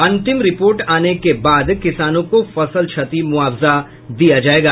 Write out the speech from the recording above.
अंतिम रिपोर्ट आने के बाद किसानों को फसल क्षति मुआवजा दिया जायेगा